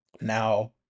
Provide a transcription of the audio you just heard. Now